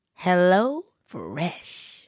HelloFresh